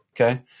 okay